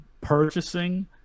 purchasing